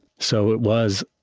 so it was